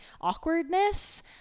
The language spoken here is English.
awkwardness